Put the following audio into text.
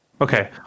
Okay